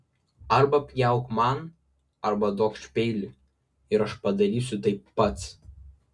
arba pjauk man arba duokš peilį ir aš padarysiu tai pats